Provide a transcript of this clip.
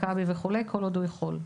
מכבי וכולי כל עוד הוא יכול.